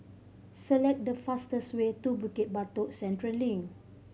select the fastest way to Bukit Batok Central Link